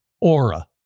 Aura